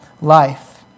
life